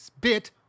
bit